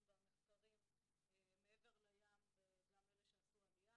במחקרים מעבר לים וגם אלה שעשו עלייה.